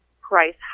price